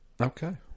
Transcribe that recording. okay